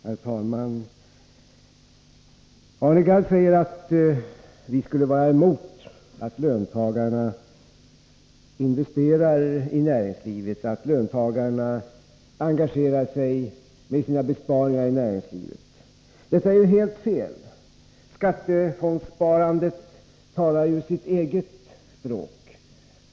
Herr talman! Arne Gadd säger att vi skulle vara emot att löntagarna investerar i näringslivet och emot att löntagarna engagerar sig i näringslivet med sina besparingar. Detta är ju helt fel. Skattefondssparandet talar här sitt eget språk.